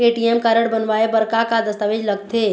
ATM card बनवाए बर का का दस्तावेज लगथे?